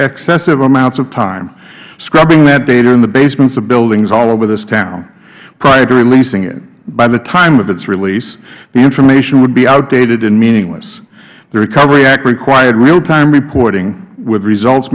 excessive amounts of time scrubbing that data in the basements of buildings all over this town prior to releasing it by the time of its release the information would be outdated and meaningless the recovery act required realtime reporting with results